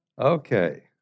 okay